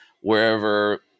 wherever